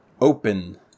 open